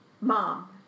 Mom